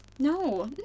No